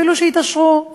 אפילו שיתעשרו,